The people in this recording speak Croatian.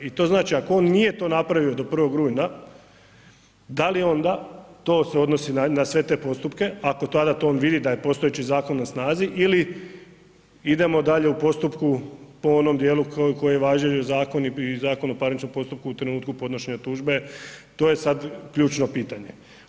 I to znači ako on nije to napravio do 1. rujna da li onda to se odnosi na sve te postupke, ako tada to on vidi da je postojeći zakon na snazi ili idemo dalje u postupku po onom dijelu koji je važenju zakon i Zakon o parničnom postupku u trenutku podnošenja tužbe, to je sad ključno pitanje.